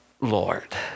Lord